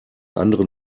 anderen